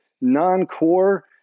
non-core